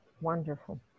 Wonderful